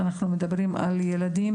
אנחנו מדברים על ילדים,